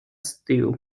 stu